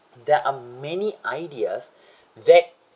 there are many ideas that